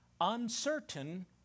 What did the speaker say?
uncertain